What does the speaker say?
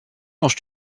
manges